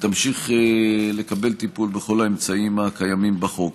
ותמשיך לקבל טיפול בכל האמצעים הקיימים בחוק.